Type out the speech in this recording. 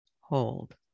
hold